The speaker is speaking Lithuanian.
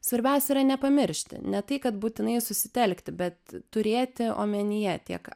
svarbiausia yra nepamiršti ne tai kad būtinai susitelkti bet turėti omenyje tiek